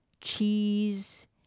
cheese